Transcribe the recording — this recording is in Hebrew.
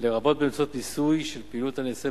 לרבות באמצעות מיסוי של פעילות הנעשית